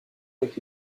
avec